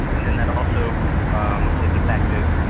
and then that also is effective